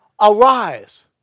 Arise